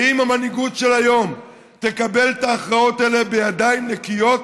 האם המנהיגות של היום תקבל את ההכרעות האלה בידיים נקיות?